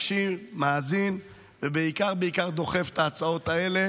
מקשיב, מאזין, ובעיקר בעיקר דוחף את ההצעות האלה.